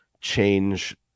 change